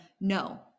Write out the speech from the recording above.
no